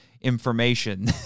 information